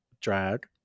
drag